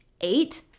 eight